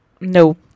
no